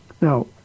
Now